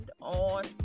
on